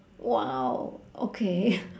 !wow! okay